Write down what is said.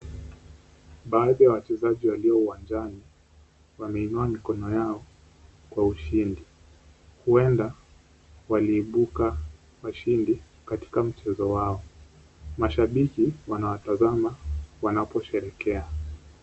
Baadhi ya wachezaji walio uwanjani wameinua mikono yao kwa ushindi. Huenda wameibuka washindi katika mchezo wao. Mashabiki wanawatazama wanaposherekea.